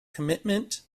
commitment